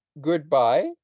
goodbye